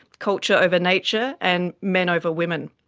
culture over nature, and men over women.